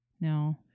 No